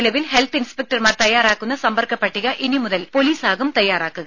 നിലവിൽ ഹെൽത്ത് ഇൻസ്പെക്ടർമാർ തയാറാക്കുന്ന സമ്പർക്ക പട്ടിക ഇനി മുതൽ പൊലീസാകും തയാറാക്കുക